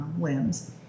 limbs